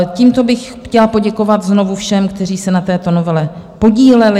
Tímto bych chtěla poděkovat znovu všem, kteří se na této novele podíleli.